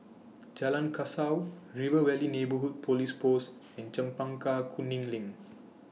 Jalan Kasau River Valley Neighbourhood Police Post and Chempaka Kuning LINK